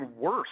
worse